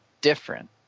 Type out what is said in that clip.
different